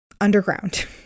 underground